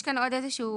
יש כאן עוד תיקון.